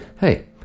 hey